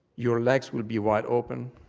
your legs will be wide open,